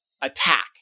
attack